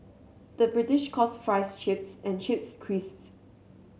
the British calls fries chips and chips crisps